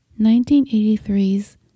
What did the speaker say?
1983's